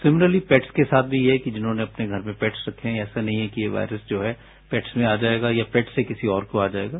similarly pets के साथ भी ये है कि जिन्होंने अपने घर में पैट्स रखें हैं ऐसा नहीं है कि ये वायरस जो है पैटस में आ जायेगा या पैटस से किसी और को आ जायेगा